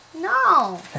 No